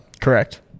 Correct